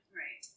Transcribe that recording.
right